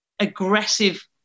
aggressive